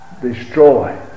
Destroy